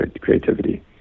creativity